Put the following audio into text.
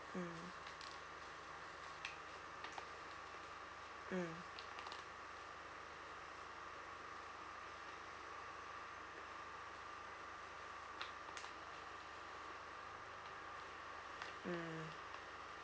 mm mm mm